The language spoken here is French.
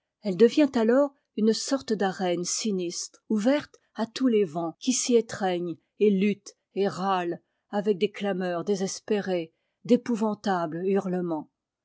elle devient alors une sorte d'arène sinistre ouverte à tous les vents qui s'y étreignent et luttent et râlent avec des clameurs désespérées d'épouvantables hurlements